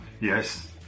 yes